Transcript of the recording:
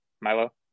Milo